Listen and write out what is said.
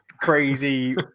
crazy